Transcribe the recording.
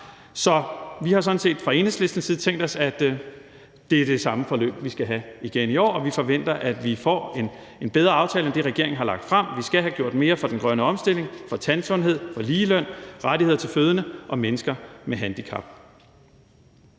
så vi har sådan set fra Enhedslistens side tænkt os, at det er det samme forløb, vi skal have igen i år, og vi forventer, at vi får en aftale, der er bedre end den, regeringen har lagt frem. Vi skal have gjort mere for den grønne omstilling, for tandsundhed og ligeløn, rettigheder til fødende og mennesker med handicap.